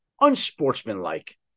unsportsmanlike